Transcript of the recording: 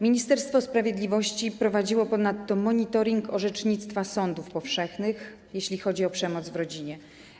Ministerstwo Sprawiedliwości prowadziło ponadto monitoring orzecznictwa sądów powszechnych, jeśli chodzi o przemoc w rodzinie.